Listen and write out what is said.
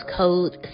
code